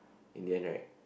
in the end right